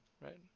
right